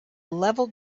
level